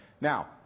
Now